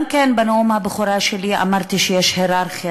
בנאום הבכורה שלי גם אמרתי שיש הייררכיה